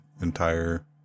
entire